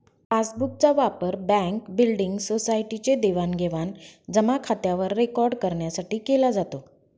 passbook चा वापर bank, building, society चे देवाणघेवाण जमा खात्यावर रेकॉर्ड करण्यासाठी केला जातो